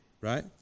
right